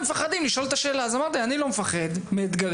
מפחדים לשאול את השאלה' אז אמרתי שאני לא מפחד מאתגרים.